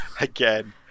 Again